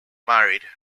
married